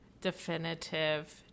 definitive